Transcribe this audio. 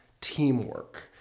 teamwork